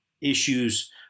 issues